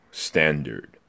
Standard